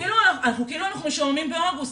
כאילו אנחנו משועממים באוגוסט.